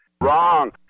Wrong